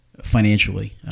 financially